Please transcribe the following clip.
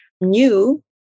new